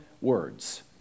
words